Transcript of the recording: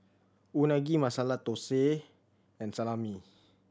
Unagi Masala Dosa and Salami